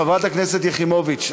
חברת הכנסת יחימוביץ,